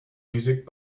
music